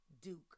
duke